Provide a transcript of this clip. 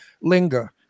linger